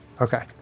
okay